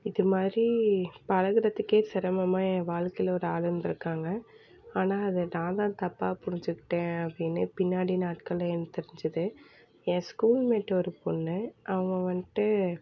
இதுமாதிரி பழகுகிறதுக்கே சிரமமாக என் வாழ்க்கையில் ஒரு ஆளு இருந்திருக்காங்க ஆனால் அதை நான் தான் தப்பாக புரிஞ்சுக்கிட்டேன் அப்படின்னு பின்னாடி நாட்களில் எனக்கு தெரிஞ்சிது என் ஸ்கூல்மேட் ஒரு பொண்ணு அவள் வந்துட்டு